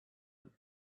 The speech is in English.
them